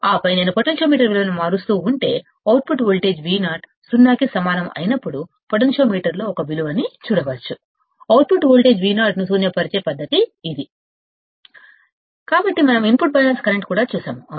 ఆపై నేను పొటెన్షియోమీటర్ విలువను మారుస్తూ ఉంటే అవుట్పుట్ వోల్టేజ్ Vo సున్నా కి సమానం అయినప్పుడు పొటెన్షియోమీటర్ లో ఒక విలువ ని చూడవచ్చు అవుట్పుట్ వోల్టేజ్ Vo ను శూన్యం చేసే పద్దతి ఇది కాబట్టి మనం ఇన్పుట్ బయాస్ కరెంట్ కూడా చూశాము అవునా